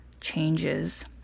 changes